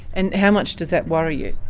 and how much does that worry you?